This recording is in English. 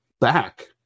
back